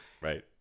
Right